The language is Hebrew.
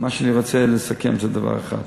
מה שאני רוצה לסכם זה דבר אחד,